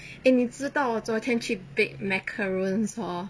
eh 你知道我昨天去 bake macarons hor